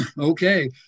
okay